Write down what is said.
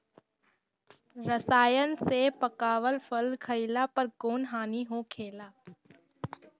रसायन से पकावल फल खइला पर कौन हानि होखेला?